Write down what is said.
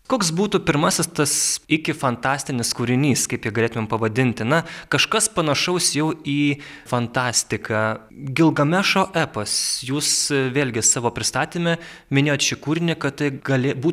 koks būtų pirmasis tas ikifantastinis kūrinys kaip jį galėtumėm pavadinti na kažkas panašaus jau į fantastiką gilgamešo epas jūs vėlgi savo pristatyme minėjot šį kūrinį kad tai galė būt